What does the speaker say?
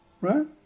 right